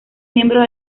miembros